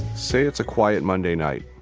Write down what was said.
say it's a quiet monday night,